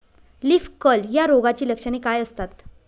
Leaf curl या रोगाची लक्षणे काय असतात?